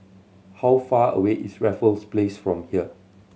how far away is Raffles Place from here